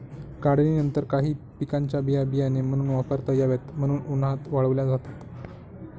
काढणीनंतर काही पिकांच्या बिया बियाणे म्हणून वापरता याव्यात म्हणून उन्हात वाळवल्या जातात